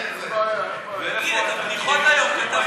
סיעת מרצ לסעיף 4 לא נתקבלה.